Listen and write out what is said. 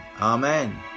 amen